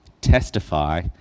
testify